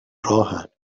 راهن